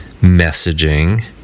messaging